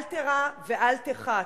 אל תירא ואל תחת.